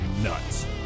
nuts